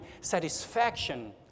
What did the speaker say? satisfaction